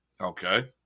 Okay